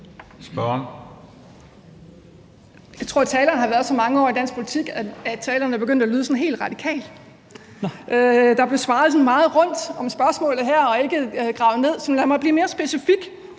(RV): Jeg tror, at taleren har været så mange år i dansk politik, at taleren er begyndt at lyde helt radikal. Der blev svaret meget rundt om spørgsmålet her, og der var ikke noget specifikt. Så lad mig blive mere specifik.